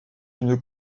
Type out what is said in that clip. une